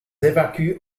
évacuent